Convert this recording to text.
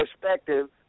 perspective